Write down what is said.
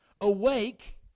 Awake